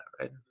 Right